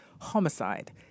Homicide